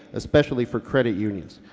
especially for credit unions.